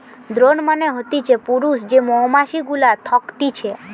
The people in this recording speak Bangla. দ্রোন মানে হতিছে পুরুষ যে মৌমাছি গুলা থকতিছে